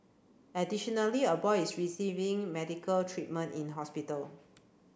additionally a boy is receiving medical treatment in hospital